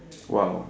!wow!